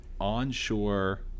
onshore